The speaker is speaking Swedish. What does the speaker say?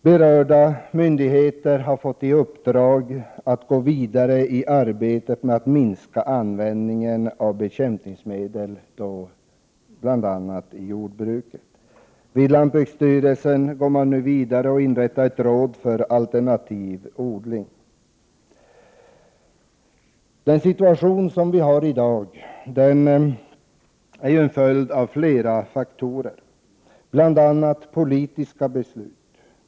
Berörda myndigheter har fått i uppdrag att gå vidare i arbetet på att minska användningen av bekämpningsmedel, bl.a. inom jordbruket. Inom lantbruksstyrelsen inrättar man nu ett råd för alternativ odling. Den situation vi har i dag är en följd av flera faktorer, bl.a. politiska beslut.